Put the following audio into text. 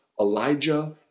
Elijah